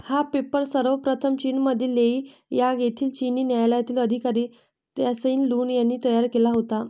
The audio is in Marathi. हा पेपर सर्वप्रथम चीनमधील लेई यांग येथील चिनी न्यायालयातील अधिकारी त्साई लुन यांनी तयार केला होता